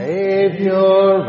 Savior